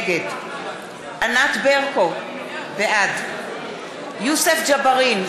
נגד ענת ברקו, בעד יוסף ג'בארין,